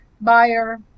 buyer